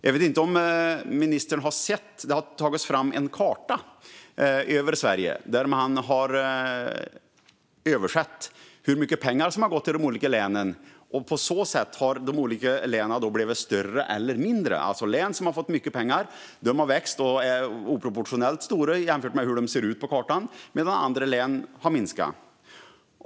Jag vet inte om ministern har sett att det har tagits fram en karta över Sverige där man har sett över hur mycket pengar som har gått till de olika länen och gjort de olika länen större eller mindre därefter. Län som har fått mycket pengar har alltså växt och är oproportionerligt stora jämfört med hur de ser ut på den verkliga kartan, medan andra län har minskat.